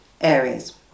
areas